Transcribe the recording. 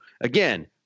Again